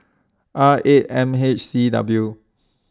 R eight M H C W